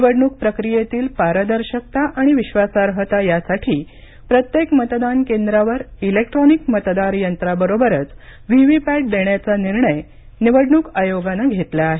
निवढणूक प्रक्रियेतील पारदर्शकता आणि विश्वासार्हता यासाठी प्रत्येक मतदान केंद्रावर इलेक्ट्रॉनिक मतदार यंत्राबरोबरच व्हीव्हीपॅट देण्याचा निर्णय निवडणूक आयोगानं घेतला आहे